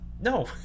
No